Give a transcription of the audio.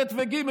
ב' וג',